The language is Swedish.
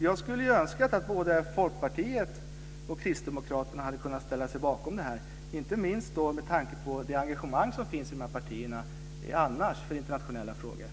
Jag önskar att både Folkpartiet och kristdemokraterna hade kunnat ställa sig bakom detta, inte minst med tanke på det engagemang som annars finns i dessa partier för internationella frågor.